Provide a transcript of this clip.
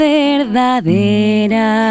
verdadera